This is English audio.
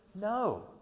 No